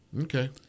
Okay